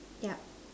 yup